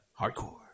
hardcore